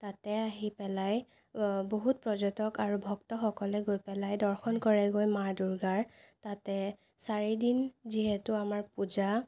তাতে আহি পেলাই বহুত পৰ্যটক আৰু ভক্তসকলে গৈ পেলাই দৰ্শন কৰেগৈ মা দুৰ্গাৰ তাতে চাৰিদিন যিহেতু আমাৰ পূজা